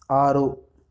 ఆరు